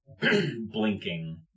blinking